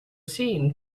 seem